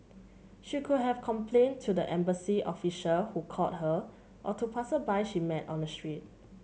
she could have complained to the embassy official who called her or to she met on the street